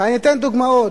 ואני אתן דוגמאות.